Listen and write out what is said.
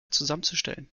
zusammenzustellen